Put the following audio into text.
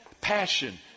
passion